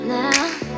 now